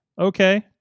Okay